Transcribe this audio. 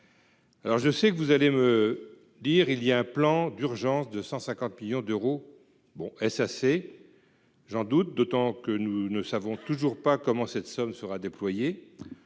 Alors je sais que vous allez me dire il y a un plan d'urgence de 150 millions d'euros. Bon et assez. J'en doute, d'autant que nous ne savons toujours pas comment cette somme sera déployé.